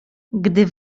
gdy